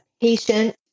patient